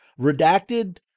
redacted